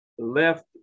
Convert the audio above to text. left